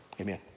Amen